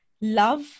love